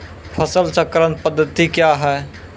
फसल चक्रण पद्धति क्या हैं?